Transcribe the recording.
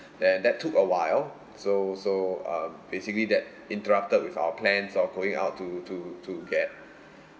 and that took a while so so um basically that interrupted with our plans of going out to to to get